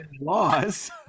laws